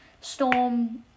Storm